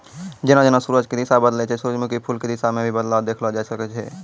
जेना जेना सूरज के दिशा बदलै छै सूरजमुखी फूल के दिशा मॅ भी बदलाव देखलो जाय ल सकै छै